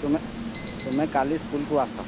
ତୁମେ ତୁମେ କାଲି ସ୍କୁଲ୍କୁ ଆସ